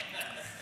עד לבית שמש.